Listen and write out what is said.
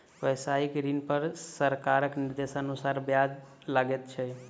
व्यवसायिक ऋण पर सरकारक निर्देशानुसार ब्याज लगैत छै